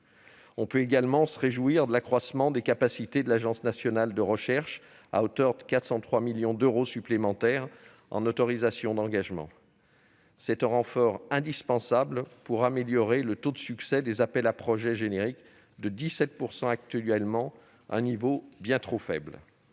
On peut également se réjouir de l'accroissement des capacités de l'Agence nationale de la recherche, à hauteur de 403 millions d'euros supplémentaires en autorisations d'engagement. Ce renfort est indispensable pour améliorer le taux de succès des appels à projets génériques, qui est de 17 % actuellement, soit un niveau bien trop faible.